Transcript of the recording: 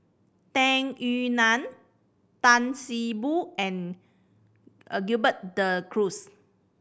Tung Yue Nang Tan See Boo and a Gerald De Cruz